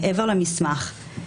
מעבר למסמך.